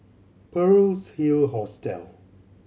Pearl's Hill Hostel